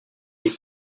des